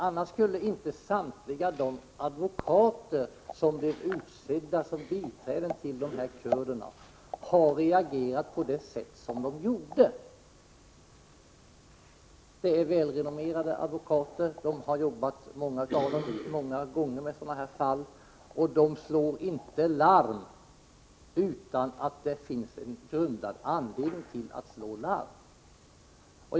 Annars skulle inte samtliga de advokater som blivit utsedda som biträden till dessa kurder ha reagerat på det sätt som de gjorde. Advokaterna är välrenommerade, många av dem har arbetat med flera sådana här fall, och de slår inte larm utan att det finns grundad anledning att göra det.